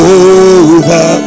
over